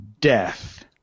Death